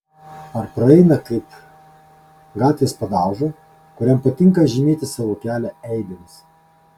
ar praeina kaip gatvės padauža kuriam patinka žymėti savo kelią eibėmis